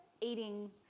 eating